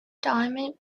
diamond